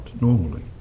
normally